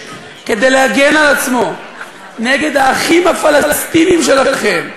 כדי להגן על עצמו נגד האחים הפלסטינים שלכם,